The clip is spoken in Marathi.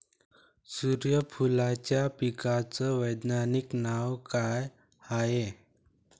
सुर्यफूलाच्या पिकाचं वैज्ञानिक नाव काय हाये?